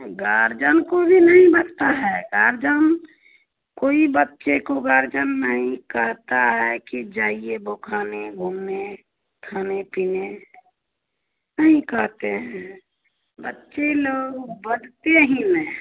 guardian को भी नहीं बैठता है गार्जियन कोई बच्चे को गार्जियन नहीं कहता है कि जाइए बौखाने घूमने खाने पीने नहीं कहते हैं बच्चे लोग बढ़ते ही नहीं हैं